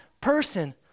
person